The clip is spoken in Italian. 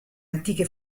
antiche